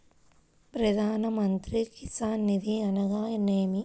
ప్రధాన మంత్రి కిసాన్ నిధి అనగా నేమి?